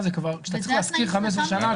כשאתה צריך להשכיר 15 שנים,